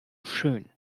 schön